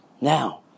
Now